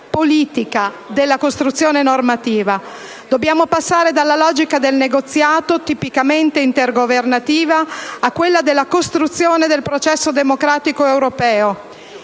politica alla costruzione normativa. Dobbiamo passare dalla logica del negoziato, tipicamente intergovernativa, a quella della costruzione del processo democratico europeo.